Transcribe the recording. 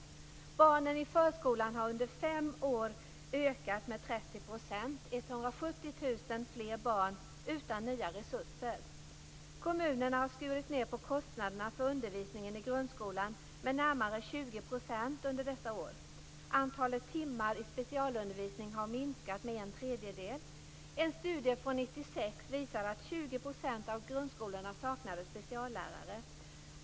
Antalet barn i förskolan har under fem år ökat med 30 %- 170 000 fler barn utan nya resurser. Kommunerna har skurit ned på kostnaderna för undervisningen i grundskolan med närmare 20 % under dessa år. Antalet timmar i specialundervisning har minskat med en tredjedel. En studie från 1996 visade att 20 % av grundskolorna saknade speciallärare.